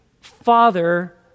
father